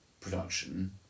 production